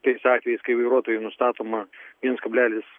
tais atvejais kai vairuotojui nustatoma viens kablelis